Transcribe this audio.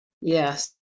Yes